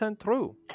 true